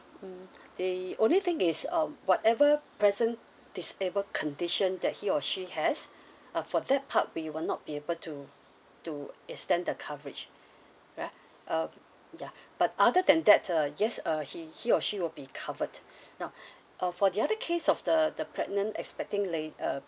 mm the only thing is um whatever present disabled condition that he or she has uh for that part we will not be able to to extend the coverage right uh ya but other than that uh yes uh he he or she will be covered now uh for the other case of the the pregnant expecting la~ uh